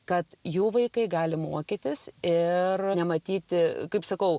kad jų vaikai gali mokytis ir nematyti kaip sakau